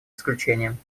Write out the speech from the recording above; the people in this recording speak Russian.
исключением